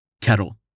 Kettle